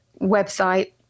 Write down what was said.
website